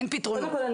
אין פתרונות.